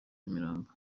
imirambo